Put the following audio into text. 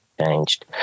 changed